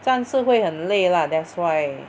站是会很累 lah that's why